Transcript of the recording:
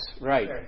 right